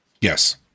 yes